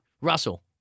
Russell